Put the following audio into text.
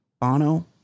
Bono